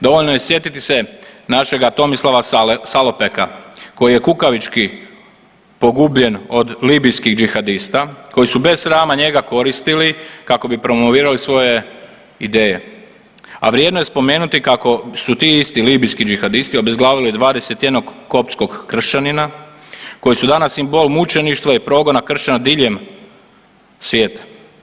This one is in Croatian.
Dovoljno je sjetiti se našega Tomislava Salopeka koji je kukavički pogubljen od libijskih džihadista koji su bez srama njega koristili kako bi promovirali svoje ideje, a vrijedno je spomenuti kako su ti isti libijski džihadisti obezglavili 21 koptskog kršćanina koji su danas simbol mučeništva i progona kršćana diljem svijeta.